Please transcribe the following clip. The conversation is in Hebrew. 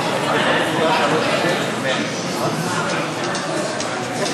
למה, אני חושב שאני ואתה, איך